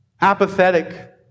apathetic